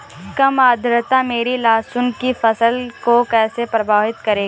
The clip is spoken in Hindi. कम आर्द्रता मेरी लहसुन की फसल को कैसे प्रभावित करेगा?